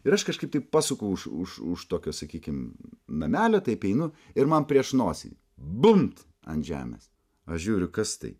ir aš kažkaip taip pasuku už už už tokio sakykim namelio taip einu ir man prieš nosį bumbt ant žemės aš žiūriu kas tai